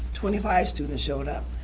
twenty five students showed up.